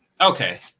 Okay